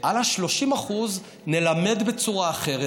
את ה-30% נלמד בצורה אחרת,